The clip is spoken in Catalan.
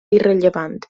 irrellevant